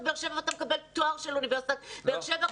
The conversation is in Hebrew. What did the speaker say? באר שבע ואתה מקבל תואר של אוניברסיטת באר שבע,